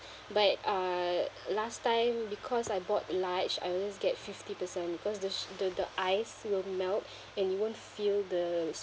but uh last time because I bought large I always get fifty percent because the s~ the the ice will melt and you won't feel the